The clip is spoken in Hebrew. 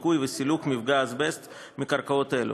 ניקוי וסילוק מפגע האזבסט מקרקעות אלה.